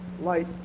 light